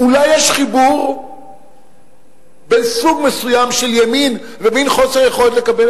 אולי יש חיבור בין סוג מסוים של ימין ומין חוסר יכולת לקבל